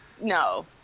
no